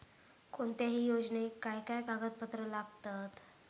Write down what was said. कोणत्याही योजनेक काय काय कागदपत्र लागतत?